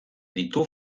ditu